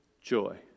joy